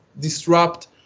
disrupt